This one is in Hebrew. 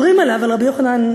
אומרים עליו, על רבי יוחנן,